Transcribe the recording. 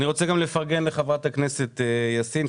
אני גם רוצה לפרגן לחברת הכנסת יאסין,